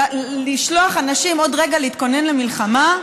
לשלוח אנשים עוד רגע להתכונן למלחמה,